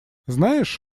знаешь